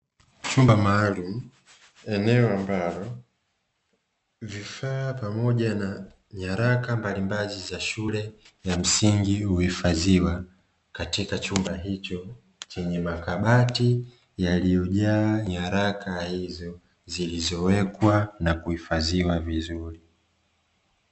Chumba maalumu. Eneo ambalo vifaa pamoja na nyaraka mbalimbali za shule ya msingi huhifadhiwa katika chumba hicho chenye makabati yaliyojaa nyaraka hizo, zilizowekwa na kuhifadhiwa vizuri.